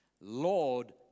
Lord